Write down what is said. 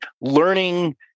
learning